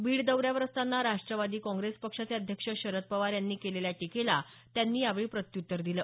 बीड दौऱ्यावर असताना राष्ट्रवादी काँग्रेस पक्षाचे अध्यक्ष शरद पवार यांनी केलेल्या टीकेला त्यांनी यावेळी प्रत्युत्तर दिलं